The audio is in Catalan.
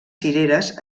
cireres